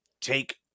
take